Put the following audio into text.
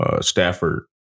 Stafford